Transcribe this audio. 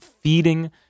feeding